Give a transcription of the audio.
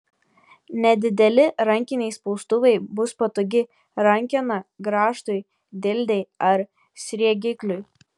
nedideli rankiniai spaustuvai bus patogi rankena grąžtui dildei ar sriegikliui